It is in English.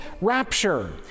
rapture